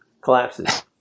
collapses